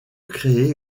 créer